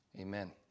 Amen